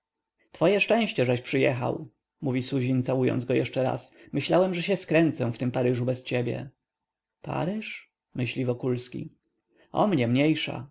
twoje szczęście żeś przyjechał mówi suzin całując go jeszcze raz myślałem że się skręcę w tym paryżu bez ciebie paryż myśli wokulski o mnie mniejsza